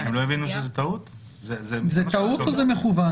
זה טעות או זה מכוון?